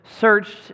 Searched